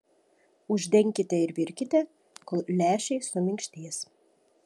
uždenkite ir virkite kol lęšiai suminkštės